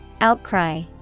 Outcry